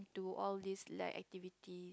to all this like activity